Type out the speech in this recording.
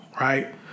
right